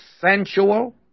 sensual